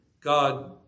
God